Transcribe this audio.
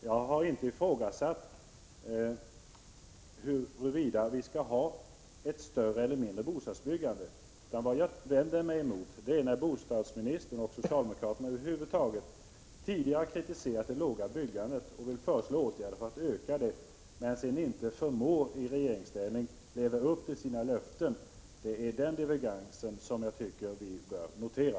Jag har inte frågat huruvida bostadsbyggandet skall vara av större eller mindre omfattning, utan vad jag vänder mig emot är att bostadsministern och socialdemokraterna över huvud taget tidigare kritiserat den ringa omfattningen av byggandet och föreslagit åtgärder för att öka det, men sedan i regeringsställning inte förmått leva upp till sina löften. Det är den divergensen vi bör notera.